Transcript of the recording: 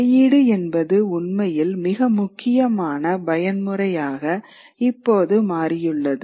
வெளியீடு என்பது உண்மையில் மிக முக்கியமான பயன்முறையாக இப்போது மாறியுள்ளது